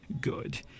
Good